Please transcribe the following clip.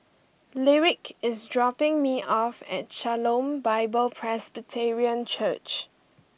Lyric is dropping me off at Shalom Bible Presbyterian Church